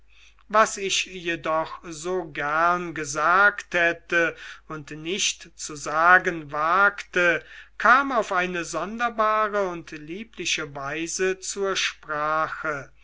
was ich jedoch so gern gesagt hätte und nicht zu sagen wagte kam auf eine sonderbare und liebliche weise zur sprache